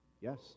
Yes